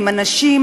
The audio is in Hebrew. עם הנשים,